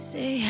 Say